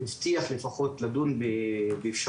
הוא הבטיח לפחות לדון באפשרות